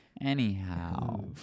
Anyhow